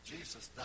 Jesus